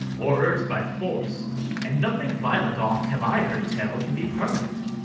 or urg'd by force and nothing violent, oft have i heard tell, can be permanent.